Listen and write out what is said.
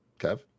Kev